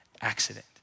accident